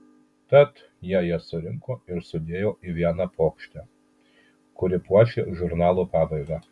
tad jie jas surinko ir sudėjo į vieną puokštę kuria puošė žurnalo pabaigą